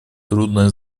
трудная